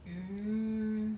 mm